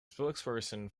spokesperson